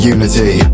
Unity